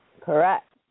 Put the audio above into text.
Correct